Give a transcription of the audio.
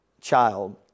child